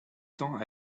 temps